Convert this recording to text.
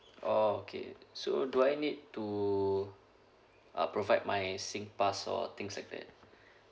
oh okay so do I need to uh provide my Singpass or things like that